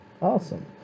Awesome